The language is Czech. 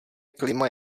klima